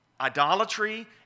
Idolatry